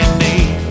need